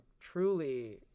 truly